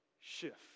shift